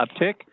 uptick